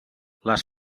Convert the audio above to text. les